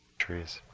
trees.